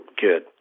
good